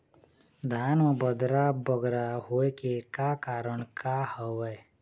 धान म बदरा बगरा होय के का कारण का हवए?